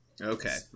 Okay